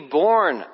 born